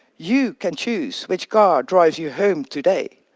you can choose which car drives you home today.